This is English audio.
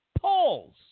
Polls